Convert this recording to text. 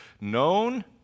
Known